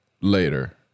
later